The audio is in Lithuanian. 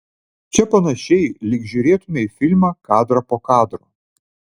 čia panašiai lyg žiūrėtumei filmą kadrą po kadro